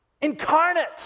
incarnate